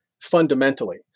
fundamentally